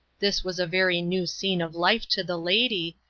this was a very new scene of life to the lady,